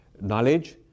knowledge